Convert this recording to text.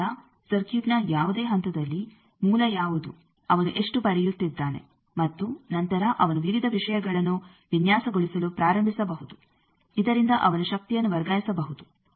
ಆದ್ದರಿಂದ ಸರ್ಕ್ಯೂಟ್ನ ಯಾವುದೇ ಹಂತದಲ್ಲಿ ಮೂಲ ಯಾವುದು ಅವನು ಎಷ್ಟು ಪಡೆಯುತ್ತಿದ್ದಾನೆ ಮತ್ತು ನಂತರ ಅವನು ವಿವಿಧ ವಿಷಯಗಳನ್ನು ವಿನ್ಯಾಸಗೊಳಿಸಲು ಪ್ರಾರಂಭಿಸಬಹುದು ಇದರಿಂದ ಅವನು ಶಕ್ತಿಯನ್ನು ವರ್ಗಾಯಿಸಬಹುದು